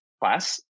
class